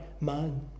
man